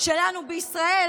שלנו בישראל,